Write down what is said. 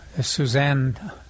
Suzanne